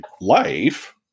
life